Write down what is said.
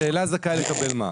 השאלה זכאי לקבל מה.